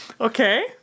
okay